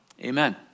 Amen